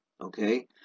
okay